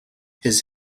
his